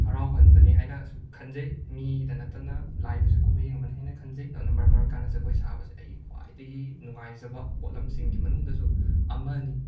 ꯍꯔꯥꯎꯍꯟꯕꯅꯤ ꯍꯥꯏꯅꯁꯨ ꯈꯟꯖꯩ ꯃꯤꯗ ꯅꯠꯇꯅ ꯂꯥꯏꯗꯨꯁꯨ ꯀꯨꯃꯩ ꯌꯦꯡꯂꯝꯒꯅꯤ ꯍꯥꯏꯅ ꯈꯟꯖꯩ ꯑꯗꯨꯅ ꯃꯔꯝ ꯑꯣꯏꯔꯀꯥꯟꯗ ꯖꯒꯣꯏ ꯁꯥꯕꯁꯦ ꯑꯩꯒꯤ ꯈ꯭ꯋꯥꯏꯗꯒꯤ ꯅꯨꯡꯉꯥꯏꯖꯕ ꯄꯣꯠꯂꯝꯁꯤꯡꯒꯤ ꯃꯅꯨꯡꯗꯁꯨ ꯑꯃꯅꯤ